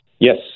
Yes